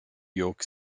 york